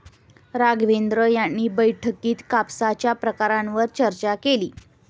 राघवेंद्र यांनी बैठकीत कापसाच्या प्रकारांवर चर्चा केली